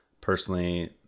Personally